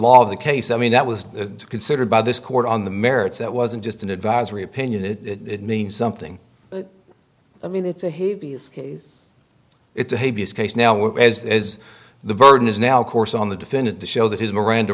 law of the case i mean that was considered by this court on the merits it wasn't just an advisory opinion it means something i mean it's a it's a case now we're as is the burden is now of course on the defendant to show that his miranda